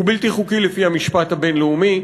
הוא בלתי חוקי לפי המשפט הבין-לאומי,